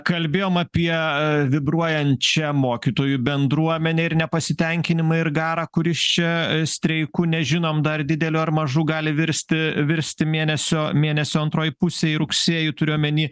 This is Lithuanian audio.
kalbėjom apie vibruojančią mokytojų bendruomenę ir nepasitenkinimą ir garą kuris čia streiku nežinom dar dideliu ar mažu gali virsti virsti mėnesio mėnesio antroj pusėj rugsėjį turiu omeny